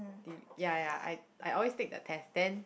do you ya ya I I always take the test then